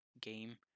game